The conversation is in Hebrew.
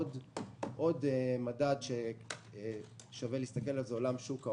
עוד מדד שכדאי להסתכל עליו הוא עולם שוק ההון,